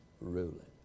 ruling